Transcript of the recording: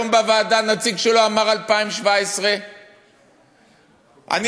היום בוועדה נציג שלו אמר 2017. אני,